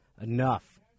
enough